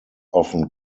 often